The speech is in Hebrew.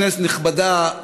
כנסת נכבדה,